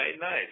nice